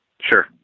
sure